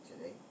today